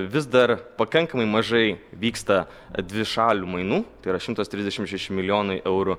vis dar pakankamai mažai vyksta dvišalių mainų tai yra šimtas trisdešimt šeši milijonai eurų